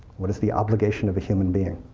what is the obligation of a human being?